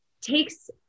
takes